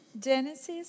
Genesis